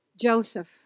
Joseph